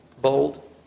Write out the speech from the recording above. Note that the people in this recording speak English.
Bold